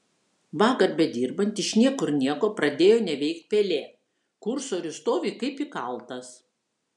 vakar bedirbant iš niekur nieko pradėjo neveikt pelė kursorius stovi kaip įkaltas